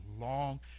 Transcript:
long